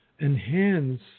Enhance